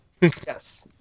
Yes